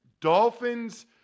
Dolphins